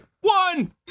one